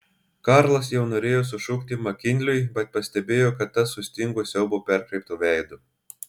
karlas jau norėjo sušukti makinliui bet pastebėjo kaip tas sustingo siaubo perkreiptu veidu